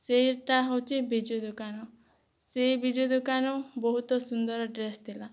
ସେଇଟା ହେଉଛି ବିଜୁ ଦୋକାନ ସେଇ ବିଜୁ ଦୋକାନ ବହୁତ ସୁନ୍ଦର ଡ୍ରେସ ଥିଲା